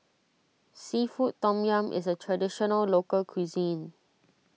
Seafood Tom Yum is a Traditional Local Cuisine